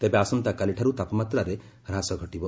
ତେବେ ଆସନ୍ତାକାଲିଠାରୁ ତାପମାତ୍ରାରେ ହ୍ରାସ ଘଟିବ